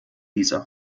diese